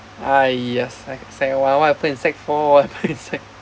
ah yes sec~ one what happened in sec four what happened in sec~